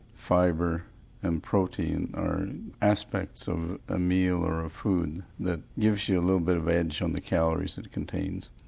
fibre and protein are aspects of a meal or a food that gives you a little bit of edge on the calories that it contains.